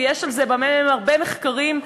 ויש על זה בממ"מ הרבה מחקרים,